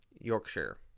Yorkshire